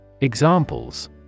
Examples